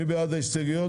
מי בעד ההסתייגויות?